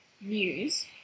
news